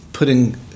putting